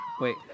Wait